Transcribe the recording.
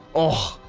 oh,